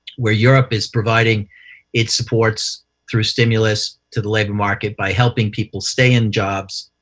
where europe is providing its supports through stimulus to the labor market by helping people stay in jobs,